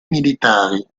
militari